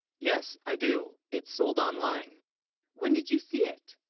yes i do it sold online when did you see it